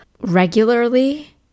regularly